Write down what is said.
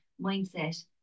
mindset